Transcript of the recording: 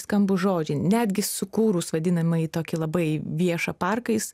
skambūs žodžiai netgi sukūrus vadinamąjį tokį labai viešą parką jis